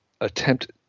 attempt